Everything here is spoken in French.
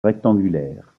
rectangulaires